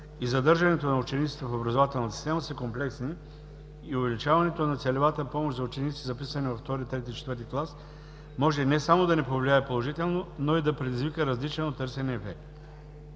и задържането на учениците в образователната система, са комплексни и увеличаването на целевата помощ за ученици, записани във II-ри, III-ти и IV-ти клас, може не само да не повлияе положително, но и да предизвика различен от търсения ефект.